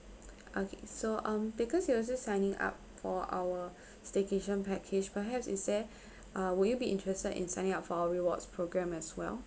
okay so um because you're just signing up for our staycation package perhaps is there uh would you be interested in signing up for our rewards program as well